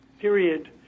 Period